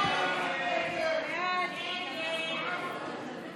הסתייגות 369 לא נתקבלה.